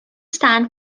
stand